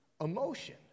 emotion